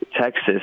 Texas